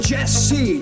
Jesse